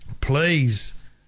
please